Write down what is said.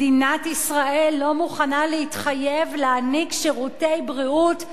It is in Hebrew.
מדינת ישראל לא מוכנה להתחייב להעניק שירותי בריאות,